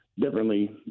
differently